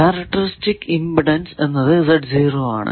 characteristic impedance എന്നത് Z൦ ആണ്